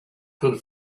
could